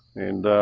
and